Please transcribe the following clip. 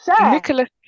Nicholas